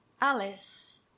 Alice